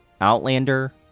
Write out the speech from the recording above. Outlander